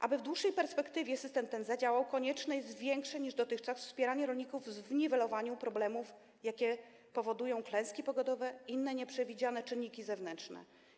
Aby w dłuższej perspektywie system ten zadziałał, konieczne jest większe niż dotychczas wspieranie rolników w niwelowaniu problemów, jakie powodują klęski pogodowe, inne nieprzewidziane czynniki zewnętrzne.